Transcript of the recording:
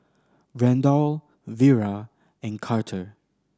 Randall Vira and Carter